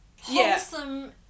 wholesome